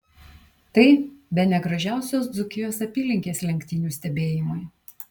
tai bene gražiausios dzūkijos apylinkės lenktynių stebėjimui